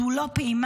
זו לא פעימה,